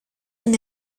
con